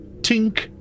tink